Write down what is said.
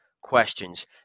questions